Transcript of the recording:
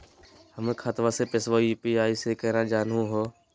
हमर खतवा के पैसवा यू.पी.आई स केना जानहु हो?